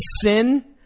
sin